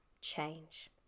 change